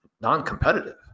non-competitive